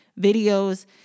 videos